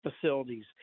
facilities